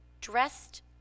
dressed